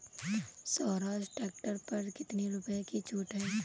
Swaraj tractor पर कितनी रुपये की छूट है?